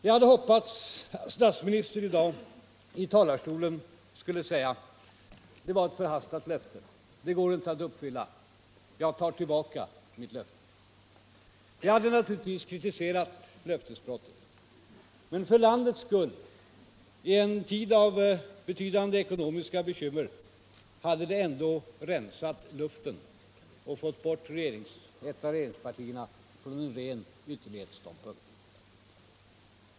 Vi hade hoppats att statsministern i dag från denna talarstol skulle säga: Det var ett förhastat löfte. Det går inte att uppfylla. Jag tar tillbaka mitt löfte. — Vi hade naturligtvis kritiserat löftesbrottet, men för landets skull, i en tid av betydande ekonomiska bekymmer, hade det ändå rensat luften och fått bort ett av regeringspartierna från en ren ytterlighetsståndpunkt.